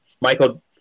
Michael